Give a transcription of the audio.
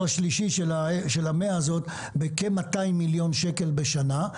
השלישי של המאה הזאת בכ-200 מיליון שקלים בשנה.